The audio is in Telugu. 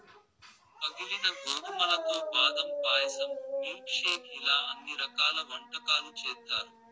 పగిలిన గోధుమలతో బాదం పాయసం, మిల్క్ షేక్ ఇలా అన్ని రకాల వంటకాలు చేత్తారు